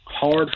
hard